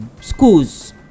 schools